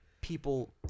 people